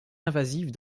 invasive